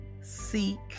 seek